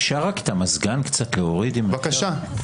תודה.